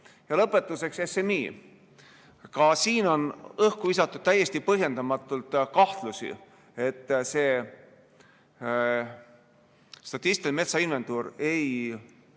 Lõpetuseks SMI. Ka siin on õhku visatud täiesti põhjendamatult kahtlusi, et see statistiline metsainventuur ei